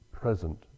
present